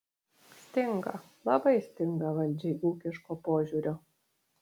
stinga labai stinga valdžiai ūkiško požiūrio